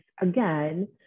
again